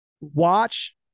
watch